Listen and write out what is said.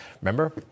Remember